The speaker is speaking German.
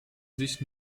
sich